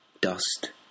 dust